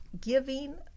giving